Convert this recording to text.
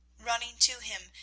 running to him,